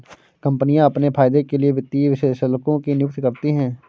कम्पनियाँ अपने फायदे के लिए वित्तीय विश्लेषकों की नियुक्ति करती हैं